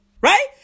right